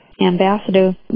Ambassador